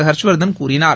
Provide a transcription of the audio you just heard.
ஹர்ஷ்வர்தன் கூறினார்